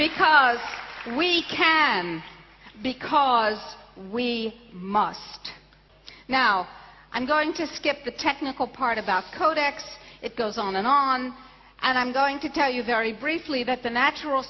because we can because we must now i'm going to skip the technical part about kodak's it goes on and on and i'm going to tell you very briefly that the natural